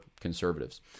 conservatives